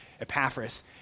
Epaphras